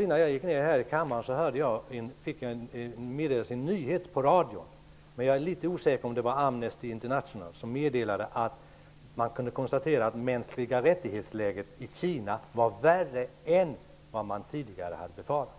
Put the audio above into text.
Innan jag gick ned till kammaren meddelades en nyhet på radion. Jag är litet osäker om det var Amnesty International som stod för budskapet, men det meddelades att man kunnat konstatera att läget när det gäller mänskliga rättigheter i Kina är värre än vad man tidigare har befarat.